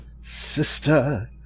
sister